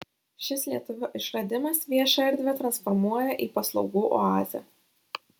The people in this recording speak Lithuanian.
šis lietuvio išradimas viešą erdvę transformuoja į paslaugų oazę